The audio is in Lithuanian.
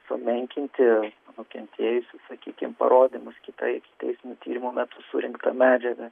sumenkinti nukentėjusiųjų sakykim parodymus kitą tyrimo metu surinktą medžiagą